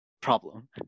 problem